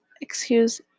excuse